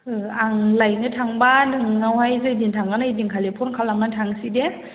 आं लायनो थांबा नोंनावहाय जैदिन थांगोन ओइदिन खालि फन खालामना थांसै दे